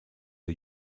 are